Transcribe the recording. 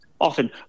often